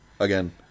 Again